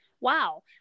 Wow